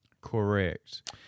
Correct